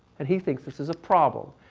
and he thinks this is a problem,